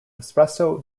espresso